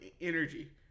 energy